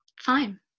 Fine